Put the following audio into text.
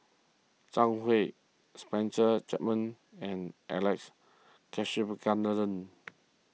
Zhang Hui Spencer Chapman and Alex Abisheganaden